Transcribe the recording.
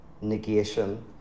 negation